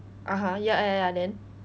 (uh huh) ya ya ya then